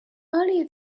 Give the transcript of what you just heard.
earlier